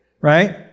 right